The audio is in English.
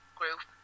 group